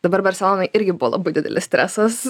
dabar barselonoj irgi buvo labai didelis stresas